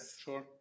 Sure